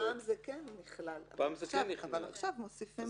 פעם זה כן נכלל, אבל עכשיו מוסיפים פה סייג.